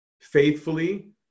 faithfully